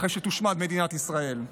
אחרי שתושמד מדינת ישראל,